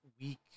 week